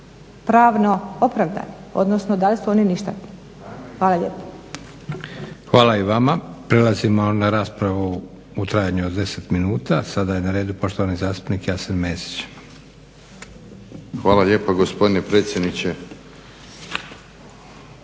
pravno opravdani, odnosno da li su oni ništavi. Hvala lijepo. **Leko, Josip (SDP)** Hvala i vama. Prelazimo na raspravu u trajanju od deset minuta. Sada je na redu poštovani zastupnik Jasen Mesić. **Mesić, Jasen (HDZ)** Hvala lijepa gospodine predsjedniče.